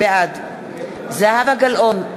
בעד זהבה גלאון,